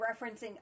referencing